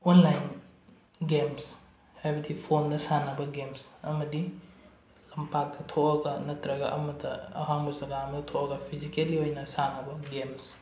online games ꯍꯥꯏꯕꯗꯤ ꯐꯣꯟꯗ ꯁꯥꯟꯅꯕ ꯒꯦꯝꯁ ꯑꯃꯗꯤ ꯂꯝꯄꯥꯛꯇ ꯊꯣꯛꯑꯒ ꯅꯠꯇ꯭ꯔꯒ ꯑꯃꯗ ꯑꯍꯥꯡꯕ ꯖꯒꯥ ꯑꯃꯗ ꯊꯣꯛꯑꯒ ꯐꯤꯖꯤꯀꯦꯜꯂꯤ ꯑꯣꯏꯅ ꯁꯥꯟꯅꯕ ꯒꯦꯝꯁ